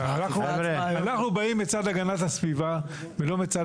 אנחנו באים מצד הגנת הסביבה ולא מצד